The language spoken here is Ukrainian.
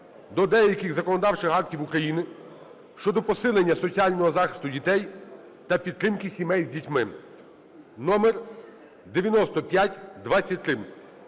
до деяких законодавчих актів України щодо посилення соціального захисту дітей та підтримки сімей з дітьми", номер 9523.